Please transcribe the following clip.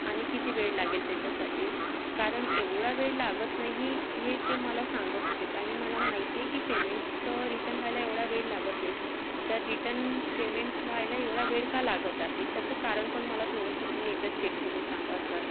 आणि किती वेळ लागेल त्याच्यासाठी कारण एवढा वेळ लागत नाही हे ते मला सांगत होते आणि मला माहीत आहे की पेमेंट रिटर्न व्हायला एवढा वेळ लागत नाही तर रिटर्न पेमेंट व्हायला एवढा वेळ का लागत आहे त्याचं कारणपण मला थोडंसं तुम्ही एकदा चेक करून सांगा सर